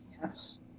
Yes